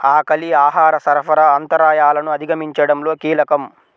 ఆకలి ఆహార సరఫరా అంతరాయాలను అధిగమించడంలో కీలకం